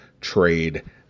trade